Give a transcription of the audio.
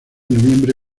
noviembre